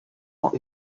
ans